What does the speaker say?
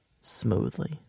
Smoothly